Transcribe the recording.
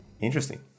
Interesting